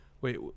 wait